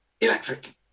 Electric